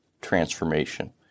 transformation